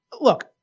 look